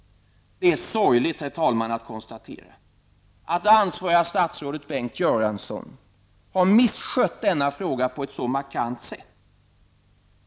Det är sorgligt, herr talman, att konstatera att ansvarige statsrådet Bengt Göransson har misskött denna fråga på ett så markant sätt.